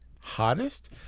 Hottest